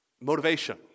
motivation